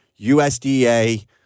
USDA